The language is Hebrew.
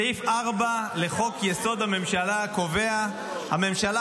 סעיף 4 לחוק-יסוד: הממשלה קובע: 'הממשלה